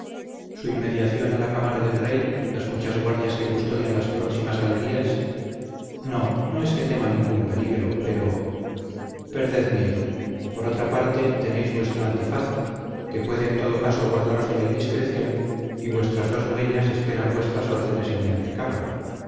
su inmediación a la cámara del rey las muchas guardias que custodian las próximas galerías no no es que tema ningún peligro pero perded miedo por otra parte tenéis vuestro antifaz que puede en todo caso guardaros de la indiscreción y vuestras dos dueñas esperan vuestras órdenes en mi